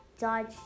Dodge